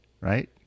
Right